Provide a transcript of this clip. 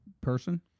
person